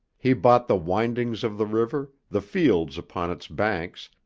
he bought the windings of the river, the fields upon its banks,